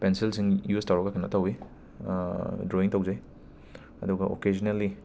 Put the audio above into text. ꯄꯦꯟꯁꯤꯜꯁꯤꯡ use ꯇꯧꯔꯒ ꯀꯦꯅꯣ ꯇꯧꯏ ꯗ꯭ꯔꯣꯋꯤꯡ ꯇꯧꯖꯩ ꯑꯗꯨꯒ ꯑꯣꯀꯦꯖꯅꯦꯜꯅꯤ